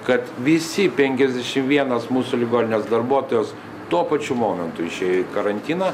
kad visi penkiasdešim vienas mūsų ligoninės darbuotojas tuo pačiu momentu išėjo į karantiną